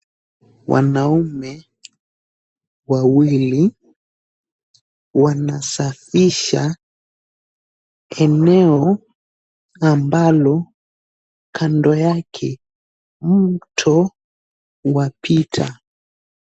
Wanaume wawili wanasafisha eneo ambalo kando yake mto wapita.